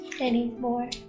anymore